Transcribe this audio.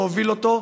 להוביל אותו.